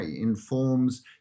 informs